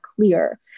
clear